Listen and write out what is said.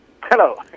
Hello